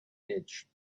edge